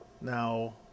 Now